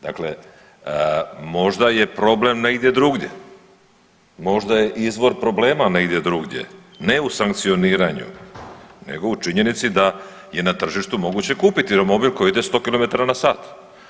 Dakle, možda je problem negdje drugdje, možda je izvor problema negdje drugdje ne u sankcioniranju nego u činjenici da je na tržištu moguće kupiti romobil koji ide sto kilometara na sat.